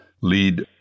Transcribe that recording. lead